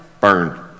burned